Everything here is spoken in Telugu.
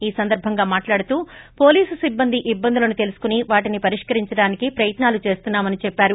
ఈ సందర్భంగా మాట్లాడుతూ పోలీసు సిబ్బంది ఇబ్బందులను తెలుసుకుని వాటిని పరిష్కరించడానికి ప్రయత్నాలు చేస్తున్నామని చెప్పారు